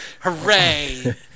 Hooray